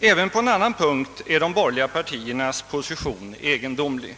Även på en annan punkt är de borgerliga partiernas position egendomlig.